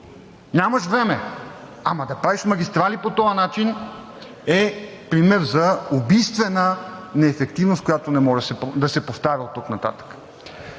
нямаш време, ама да правиш магистрали по този начин е пример за убийствена неефективност, която не може да се повтаря оттук нататък.